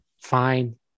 fine